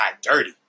dirty